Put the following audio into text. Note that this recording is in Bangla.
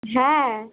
হ্যাঁ